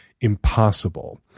impossible